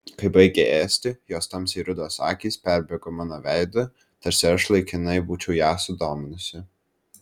kai baigė ėsti jos tamsiai rudos akys perbėgo mano veidu tarsi aš laikinai būčiau ją sudominusi